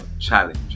challenge